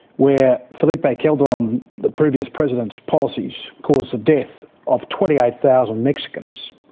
where felipe calderon, um the previous president's policies caused the death of twenty eight thousand mexicans.